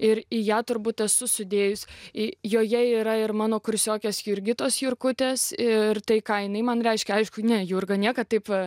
ir į ją turbūt esu sudėjus į joje yra ir mano kursiokės jurgitos jurkutės ir tai ką jinai man reiškia aišku ne jurga niekad taip